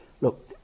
look